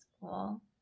cool